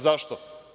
Zašto?